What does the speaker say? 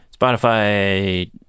Spotify